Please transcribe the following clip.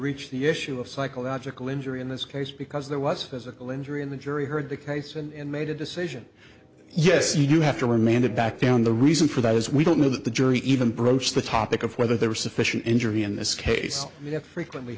reach the issue of psychological injury in this case because there was a physical injury and the jury heard the case and made a decision yes you have to remanded back down the reason for that is we don't know that the jury even broached the topic of whether there was sufficient injury in this case may have frequently